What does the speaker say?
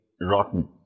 rotten